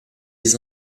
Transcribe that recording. les